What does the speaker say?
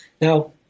Now